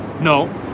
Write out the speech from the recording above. no